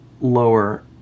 lower